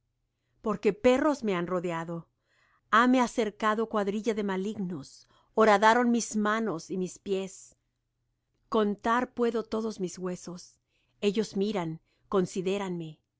porque perros me han rodeado hame cercado cuadrilla de malignos horadaron mis manos y mis pies contar puedo todos mis huesos ellos miran considéranme